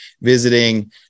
visiting